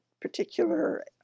particular